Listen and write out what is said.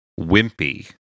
wimpy